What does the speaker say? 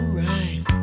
right